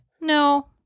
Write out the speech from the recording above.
No